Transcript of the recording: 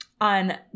on